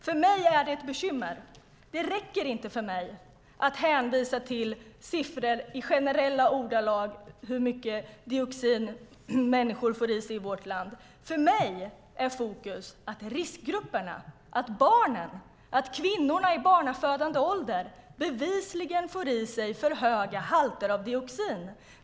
För mig är det ett bekymmer. Det räcker inte att i generella ordalag hänvisa till siffror över hur mycket dioxin människor i vårt land får i sig. För mig är fokus att riskgrupperna, barnen, kvinnorna i barnafödande ålder bevisligen får i sig för höga halter av dioxin.